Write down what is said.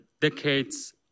decades